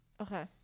Okay